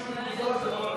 את הצעת חוק